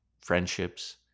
friendships